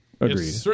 Agreed